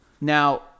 Now